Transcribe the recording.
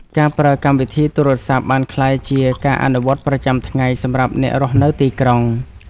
ការប្រើកម្មវិធីទូរសព្ទ បានក្លាយជាការអនុវត្តប្រចាំថ្ងៃសម្រាប់អ្នករស់នៅទីក្រុង។